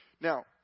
Now